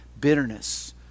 bitterness